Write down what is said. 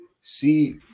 see